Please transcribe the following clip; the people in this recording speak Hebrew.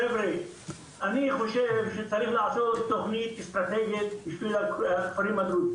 אני חושב שצריך לעשות תוכנית אסטרטגית בשביל הכפרים הדרוזים.